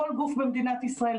כל גוף במדינת ישראל,